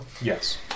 Yes